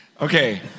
okay